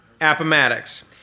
Appomattox